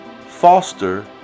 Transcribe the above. Foster